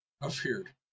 Appeared